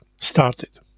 started